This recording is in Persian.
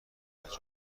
مادرش